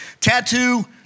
Tattoo